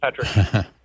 Patrick